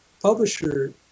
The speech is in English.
publisher